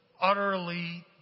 utterly